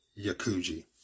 Yakuji